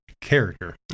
character